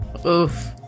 Oof